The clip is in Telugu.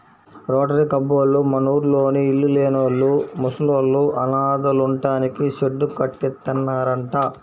రోటరీ కబ్బోళ్ళు మనూర్లోని ఇళ్ళు లేనోళ్ళు, ముసలోళ్ళు, అనాథలుంటానికి షెడ్డు కట్టిత్తన్నారంట